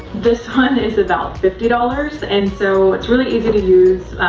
this one is about fifty dollars and so, it's really easy to use,